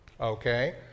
Okay